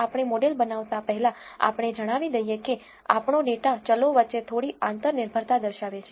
આપણે મોડેલ બનાવતા પહેલા આપણે જણાવી દઈએ કે આપણો ડેટા ચલો વચ્ચે થોડી આંતર નિર્ભરતા દર્શાવે છે